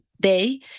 day